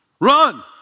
Run